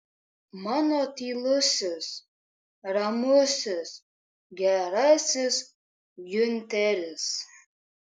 mano tylusis ramusis gerasis giunteris